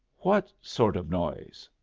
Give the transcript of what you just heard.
what sort of noise?